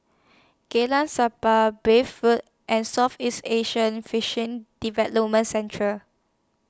Jalan Sappan Bay For and Southeast Asian Fishing Development Central